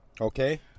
Okay